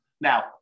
Now